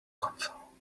console